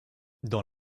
dans